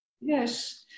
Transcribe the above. Yes